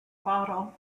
bottle